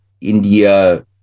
India